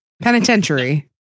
Penitentiary